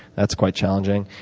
that's quite challenging.